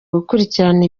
gukurikirana